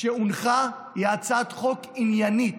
שהונחה היא הצעת חוק עניינית,